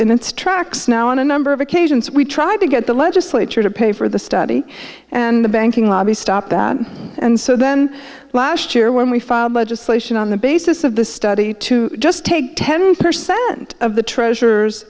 in its tracks now on a number of occasions we tried to get the legislature to pay for the study and the banking lobby stopped that and so then last year when we filed legislation on the basis of the study to just take ten percent of the treasure